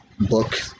book